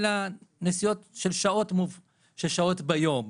אלא נסיעות של שעות מסוימות ביום,